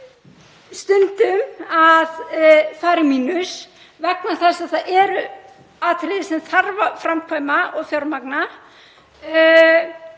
stundum að fara í mínus vegna þess að það eru atriði sem þarf að framkvæma og fjármagna.